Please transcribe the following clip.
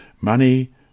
Money